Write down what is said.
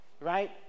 right